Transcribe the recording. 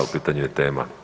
U pitanju je tema.